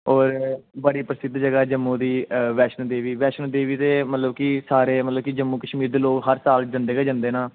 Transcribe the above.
होर बड़ी प्रसिद्ध जगहा वैष्णो देवी वैष्णो देवी ते मतलब की सारे मतलब की जम्मू कशमीर ते लोग जंदे गै जंदे न